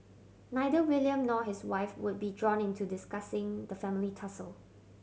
neither William nor his wife would be drawn into discussing the family tussle